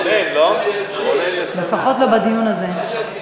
לפחות לא בדיון הזה.